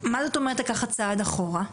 מה זאת אומרת לקחת צעד אחורה?